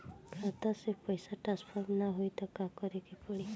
खाता से पैसा टॉसफर ना होई त का करे के पड़ी?